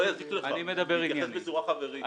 לא יזיק לך להתייחס בצורה חברית.